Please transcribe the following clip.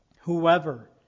Whoever